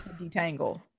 detangle